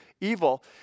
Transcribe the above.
evil